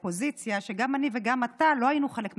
ואופוזיציה שגם אני וגם אתה לא היינו חלק מהקואליציה.